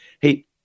Hey